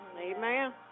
Amen